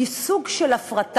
התוכנית הזאת היא סוג של הפרטה.